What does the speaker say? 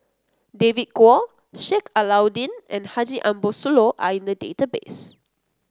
David Kwo Sheik Alau'ddin and Haji Ambo Sooloh are in the database